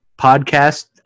podcast